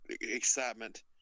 excitement